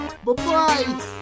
Bye-bye